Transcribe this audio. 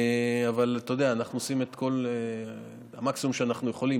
אנחנו עושים את המקסימום שאנחנו יכולים.